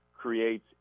creates